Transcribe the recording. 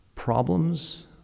Problems